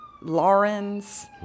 Lawrence